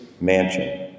mansion